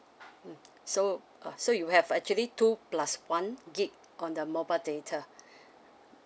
mm so uh so you have actually two plus one gig on the mobile data